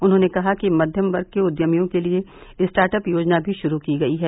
उन्होंने कहा कि मध्यम वर्ग के उद्यमियों के लिए स्टार्ट अप योजना भी शुरू की गई है